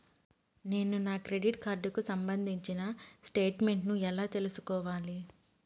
నేను నా క్రెడిట్ కార్డుకు సంబంధించిన స్టేట్ స్టేట్మెంట్ నేను ఎలా తీసుకోవాలి?